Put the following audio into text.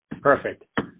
Perfect